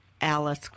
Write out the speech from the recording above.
Alice